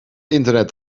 internet